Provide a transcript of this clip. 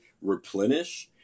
replenish